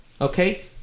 Okay